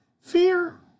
fear